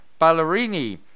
Ballerini